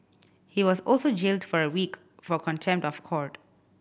he was also jailed for a week for contempt of court